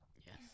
Yes